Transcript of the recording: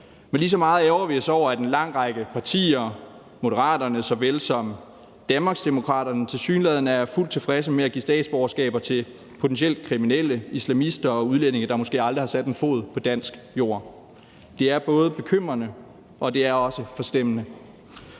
Men lige så meget ærgrer vi os over, at en lang række partier, Moderaterne såvel som Danmarksdemokraterne, tilsyneladende er fuldt tilfredse med at give statsborgerskaber til potentielt kriminelle, islamister og udlændinge, der måske aldrig har sat en fod på dansk jord. Det er både bekymrende, og det er også forstemmende.